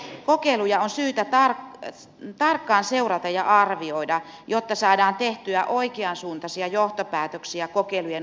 näitä kokeiluja on syytä tarkkaan seurata ja arvioida jotta saadaan tehtyä oikeansuuntaisia johtopäätöksiä kokeilujen onnistumisesta